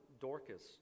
Dorcas